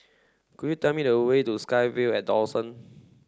could you tell me the way to SkyVille at Dawson